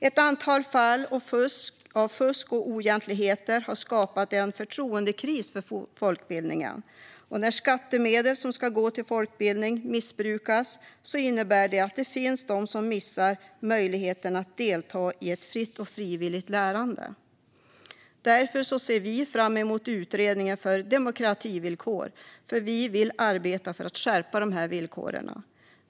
Ett antal fall av fusk och oegentligheter har skapat en förtroendekris för folkbildningen. När skattemedel som ska gå till folkbildning missbrukas innebär det att det finns de som missar möjligheten att delta i ett fritt och frivilligt lärande. Därför ser vi fram emot utredningen om demokrativillkor, för vi vill arbeta för att skärpa dessa villkor.